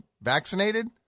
vaccinated